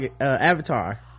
avatar